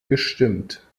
gestimmt